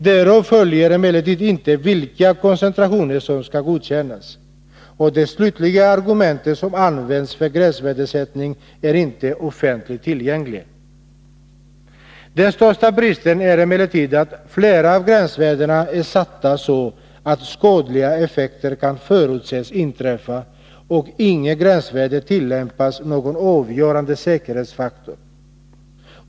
Därav följer emellertid inte vilka koncentrationer som skall godkännas, och de slutliga argument som används för gränsvärdesättning är inte offentligt tillgängliga. Den största bristen är emellertid att flera av gränsvärdena är satta så att skadliga effekter kan förutses inträffa, och någon avgörande säkerhetsfaktor tillämpas inte i fråga om något gränsvärde.